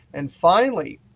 and finally,